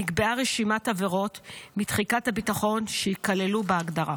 נקבעה רשימת עבירות מתחיקת הביטחון שייכללו בהגדרה